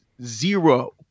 Zero